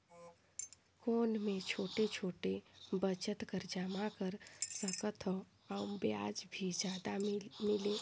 कौन मै छोटे छोटे बचत कर जमा कर सकथव अउ ब्याज भी जादा मिले?